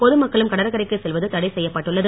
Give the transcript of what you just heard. பொது மக்களும் கடற்கரைக்கு செல்வது தடை செய்யப்பட்டள்ளது